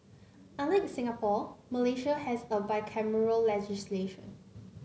unlike Singapore Malaysia has a bicameral legislation